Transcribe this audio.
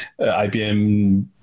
IBM